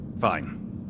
Fine